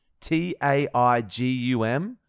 T-A-I-G-U-M